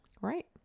Right